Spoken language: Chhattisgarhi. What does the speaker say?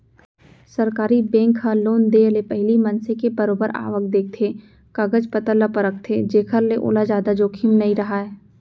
सरकारी बेंक ह लोन देय ले पहिली मनसे के बरोबर आवक देखथे, कागज पतर ल परखथे जेखर ले ओला जादा जोखिम नइ राहय